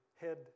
head